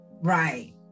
Right